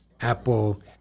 Apple